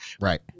Right